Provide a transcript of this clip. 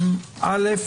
ראשית,